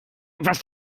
etwas